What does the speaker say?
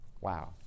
Wow